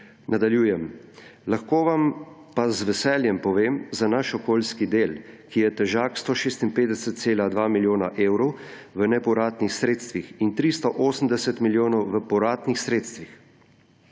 Nadaljujem: »Lahko vam pa z veseljem povem za naš okoljski del, ki je težak 156,2 milijona evrov v nepovratnih sredstvih in 380 milijonov v povratnih sredstvih.